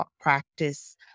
practice